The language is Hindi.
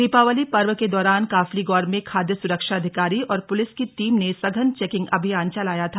दीपावली पर्व के दौरान काफलीगौर में खाद्य सुरक्षा अधिकारी और प्लिस की टीम ने सघन चेकिंग अभियान चलाया था